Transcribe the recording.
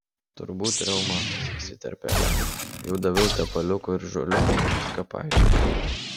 turbūt reumatas įsiterpė elena jau daviau tepaliuko ir žolių viską paaiškinau